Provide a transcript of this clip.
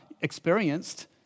experienced